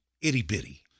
itty-bitty